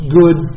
good